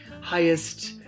highest